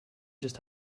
just